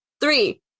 Three